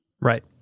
Right